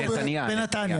נתניה.